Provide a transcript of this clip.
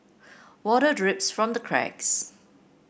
water drips from the cracks